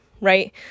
right